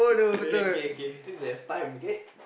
k k k since we have time okay